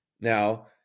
Now